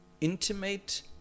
intimate